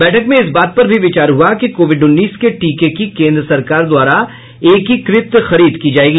बैठक में इस बात पर भी विचार हुआ कि कोविड उन्नीस के टीके की केंद्र सरकार द्वारा एकीकृत खरीद की जायेगी